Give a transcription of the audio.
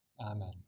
amen